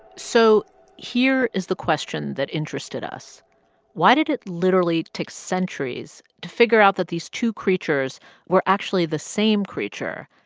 so here is the question that interested us why did it literally take centuries to figure out that these two creatures were actually the same creature?